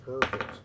Perfect